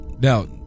Now